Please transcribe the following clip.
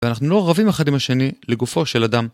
ואנחנו לא רבים אחד עם השני לגופו של אדם.